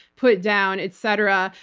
put down, et cetera.